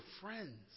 friends